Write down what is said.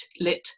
lit